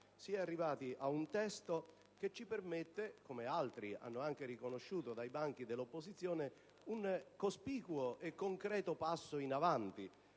Si è arrivati ad un testo che ci permette, come altri hanno anche riconosciuto dai banchi dell'opposizione, un cospicuo e concreto passo in avanti